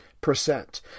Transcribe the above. Percent